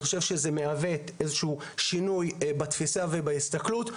אני חושב שזה מהווה איזשהו שינוי בתפיסה ובהסתכלות.